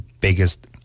biggest